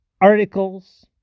articles